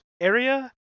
area